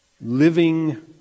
living